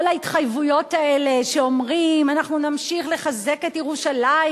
כל ההתחייבויות האלה שאומרים: אנחנו נמשיך לחזק את ירושלים,